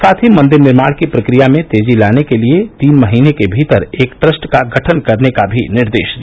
साथ ही मंदिर निर्माण की प्रक्रिया में तेजी लाने के लिए तीन महीने के भीतर एक ट्रस्ट का गठन करने का भी निर्देश दिया